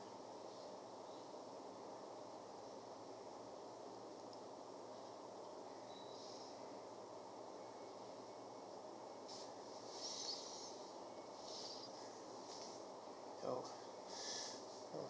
okay